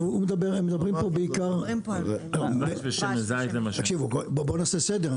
נעשה סדר.